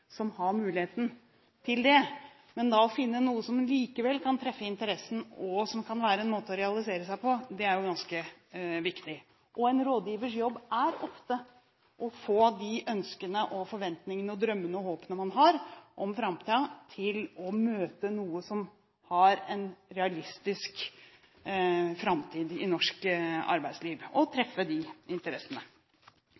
14–15-årsalderen, får muligheten til det. Men da å finne noe som likevel kan treffe interessen, og som kan være en måte å realisere seg på, er jo ganske viktig. En rådgivers jobb er ofte å få de ønskene, forventningene, drømmene og håpene man har om framtiden, til å møte noe som har en realistisk framtid i norsk arbeidsliv, og